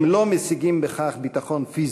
הם לא משיגים בכך ביטחון פיזי.